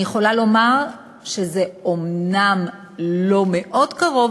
אני יכולה לומר שזה אומנם לא מאוד קרוב,